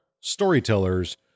storytellers